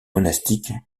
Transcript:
monastique